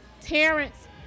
Terrence